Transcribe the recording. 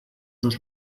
los